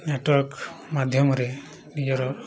network ମାଧ୍ୟମରେ ନିଜର